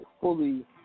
fully